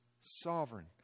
sovereign